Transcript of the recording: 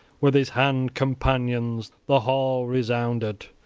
with his hand-companions, the hall resounded,